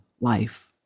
life